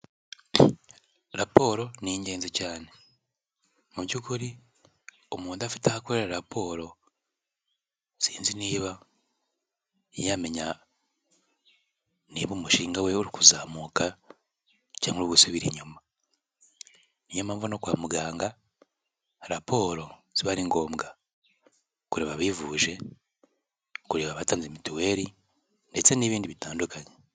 Raporo ni ingenzi cyane, mu by'ukuri umuntu udafite aho akorera raporo sinzi niba yamenya niba umushinga we uri kuzamuka cyangwa gusubira inyuma. Niyo mpamvu no kwa muganga raporo ziba ari ngombwa, kureba abivuje kureba abatanze mituweli ndetse n'ibindi bitandukanye.